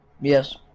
Yes